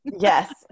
Yes